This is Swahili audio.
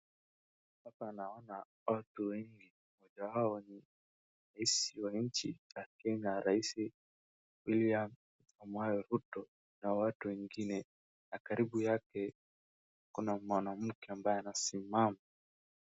Hapa naona watu wengi, mmoja wao ni rais wa nchi ya kenya, Rais William Samoei Ruto na watu wengine. Na karibu yake kuna mwanamke ambaye anasimama.